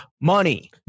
money